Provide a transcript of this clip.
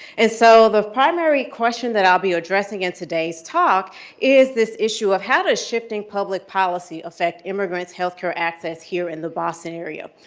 and so the primary question that i'll be addressing in today's talk is this issue of, how does shifting public policy affect immigrants' health care access here in the boston area?